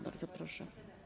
Bardzo proszę.